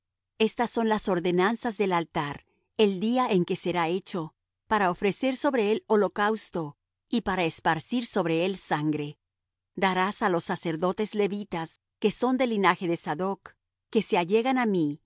estas son las ordenanzas del altar el día en que será hecho para ofrecer sobre él holocausto y para esparcir sobre él sangre darás á los sacerdotes levitas que son del linaje de sadoc que se allegan á mí